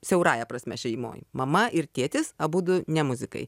siaurąja prasme šeimoj mama ir tėtis abudu ne muzikai